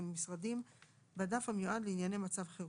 המשרדים בדף המיועד לענייני מצב חירום.